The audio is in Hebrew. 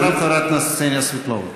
אחריו, חברת הכנסת קסניה סבטלובה.